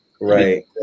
right